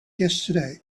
yesterday